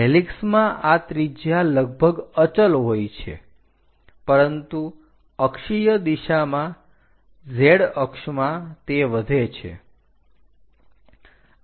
હેલિક્સમાં આ ત્રિજ્યા લગભગ અચલ હોય છે પરંતુ અક્ષીય દિશામાં z અક્ષમાં તે વધે છે